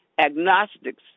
agnostics